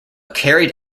carried